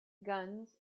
guns